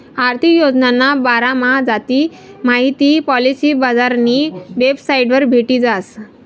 आर्थिक योजनाना बारामा जास्ती माहिती पॉलिसी बजारनी वेबसाइटवर भेटी जास